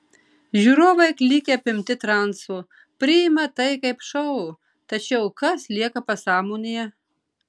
žiūrovai klykia apimti transo priima tai kaip šou tačiau kas lieka pasąmonėje